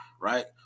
right